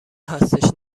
هستش